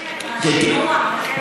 שמפסיקים את השינוע הזה של הפסולת לשם,